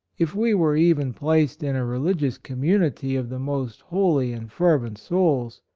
if we were even placed in a religious community of the most holy and fervent souls,